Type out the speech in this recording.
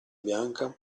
bianca